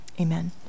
Amen